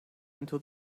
into